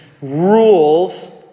rules